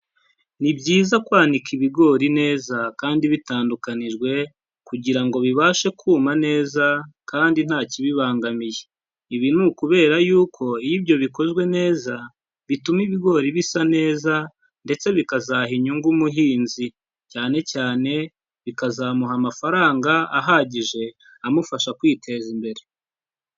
Ni byiza kwanika ibigori neza kandi bitandukanijwe kugira ngo bibashe kuma neza kandi ntakibibangamiye, ibi ni ukubera yuko iyo ibyo bikozwe neza bituma ibigori bisa neza ndetse bikazaha inyungu umuhinzi, cyane cyane bikazamuha amafaranga ahagije amufasha kwiteza imbere.